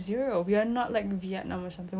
like the the first country that went zero